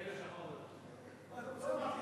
יש לי פריבילגיה